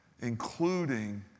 including